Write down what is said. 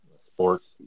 sports